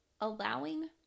Allowing